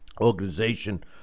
organization